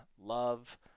love